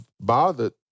bothered